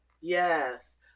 yes